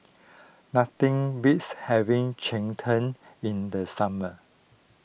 nothing beats having Cheng Tng in the summer